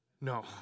no